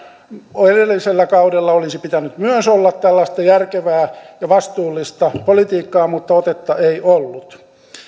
myös edellisellä kaudella olisi pitänyt olla tällaista järkevää ja vastuullista politiikkaa mutta otetta ei ollut